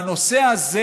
והנושא הזה